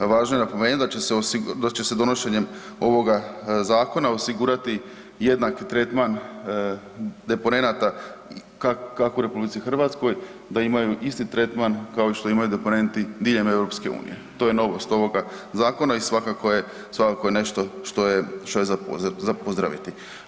Važno je napomenuti da će se donošenjem ovog zakona osigurati jednaki tretman deponenata kako u RH da imaju isti tretman kao što imaju deponenti diljem EU, to je novost ovoga zakona i svakako je nešto što je za pozdraviti.